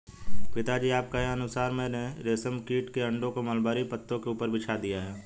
पिताजी आपके कहे अनुसार मैंने रेशम कीट के अंडों को मलबरी पत्तों के ऊपर बिछा दिया है